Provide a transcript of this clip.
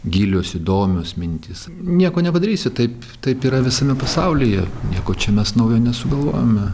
gilios įdomios mintys nieko nepadarysi taip taip yra visame pasaulyje nieko čia mes naujo nesugalvojome